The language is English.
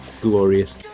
Glorious